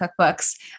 cookbooks